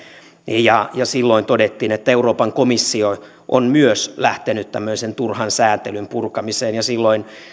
ja ja silloin todettiin että euroopan komissio on myös lähtenyt tämmöisen turhan sääntelyn purkamiseen ja silloin